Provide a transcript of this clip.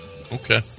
Okay